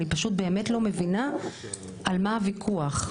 אני פשוט באמת לא מבינה על מה הוויכוח,